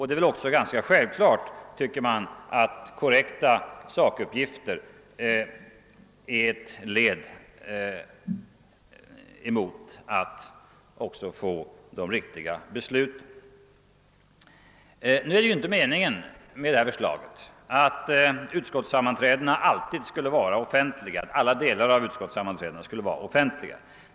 Det är väl också ganska självklart att korrekta sakuppgifter är betydelsefulla för riktiga beslut. Nu är inte meningen med detta förslag att utskottssammanträdena till alla delar alltid skulle vara offentliga.